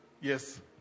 Yes